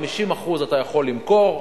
50% אתה יכול למכור,